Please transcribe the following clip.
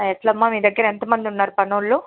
ఎట్లమ్మా మీ దగ్గర ఎంతమంది ఉన్నారు పనివాళ్ళు